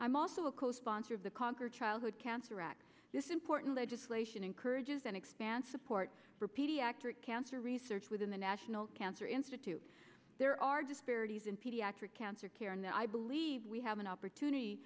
i'm also a co sponsor of the conquer childhood cancer act this important legislation encourages an expansive port for pediatric cancer research within the national cancer institute there are disparities in pediatric cancer care and i believe we have an opportunity